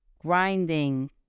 grinding